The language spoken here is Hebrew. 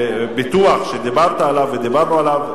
ביטוח שדיברת עליו ודיברנו עליו,